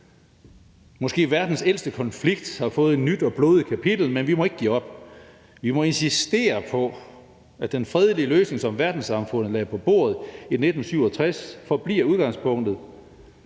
måske ældste konflikt har fået et nyt og blodigt kapitel, men vi må ikke give op. Vi må insistere på, at den fredelige løsning, som verdenssamfundet lagde på bordet i 1967, forbliver udgangspunktet,